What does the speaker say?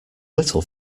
little